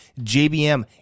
JBM